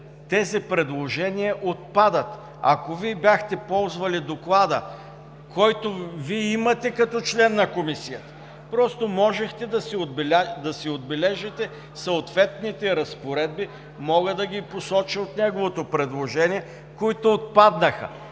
тези предложения отпадат. Ако Вие бяхте ползвали доклада, който имате като член на Комисията, просто можехте да си отбележите съответните разпоредби от неговото предложение, които отпаднаха